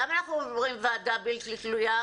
למה אנחנו אומרים ועדה בלתי תלויה?